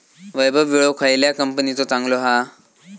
वैभव विळो खयल्या कंपनीचो चांगलो हा?